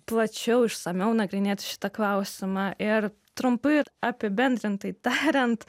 plačiau išsamiau nagrinėti šitą klausimą ir trumpai ir apibendrintai tariant